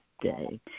day